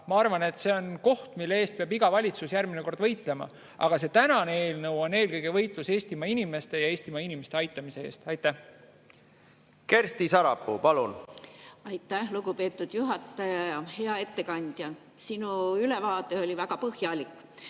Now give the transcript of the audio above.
ma arvan, et see on koht, mille eest peab iga valitsus [iga] kord võitlema. Aga see tänane eelnõu on eelkõige võitlus Eestimaa inimeste ja Eestimaa inimeste aitamise eest. Kersti Sarapuu, palun! Kersti Sarapuu, palun! Aitäh, lugupeetud juhataja! Hea ettekandja! Sinu ülevaade oli väga põhjalik.